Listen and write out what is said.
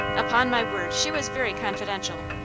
upon my word, she was very confidential.